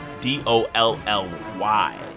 D-O-L-L-Y